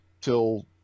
till